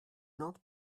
not